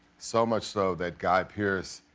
so much so that guy pearce,